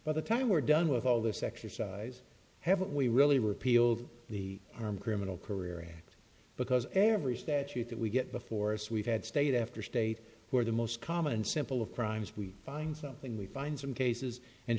by the time we're done with all this exercise have we really repealed the army criminal career because every statute that we get before us we've had state after state where the most common and simple of crimes we find something we find some cases and